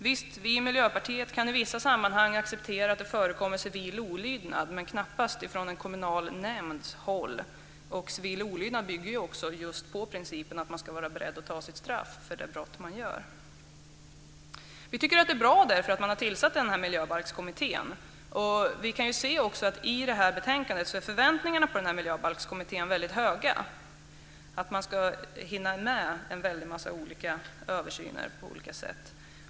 Visst kan vi i Miljöpartiet i vissa sammanhang acceptera att det förekommer civil olydnad men knappast ifrån en kommunal nämnds håll. Civil olydnad bygger just på principen att man ska vara beredd att ta sitt straff för de brott man begår. Vi tycker att det är bra att man har tillsatt en miljöbalkskommitté. Vi kan se i betänkandet att förväntningarna på den här kommittén är väldigt höga. Man ska hinna med väldigt många olika översyner.